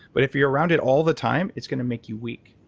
but, if you're around it all the time, it's going to make you weak,